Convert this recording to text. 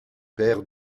père